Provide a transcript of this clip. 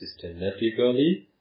systematically